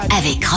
avec